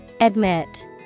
admit